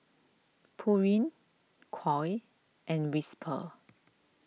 Pureen Koi and Whisper